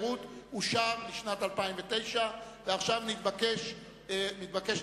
אושר לשנת 2010. השר ביקש להודות.